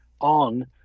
on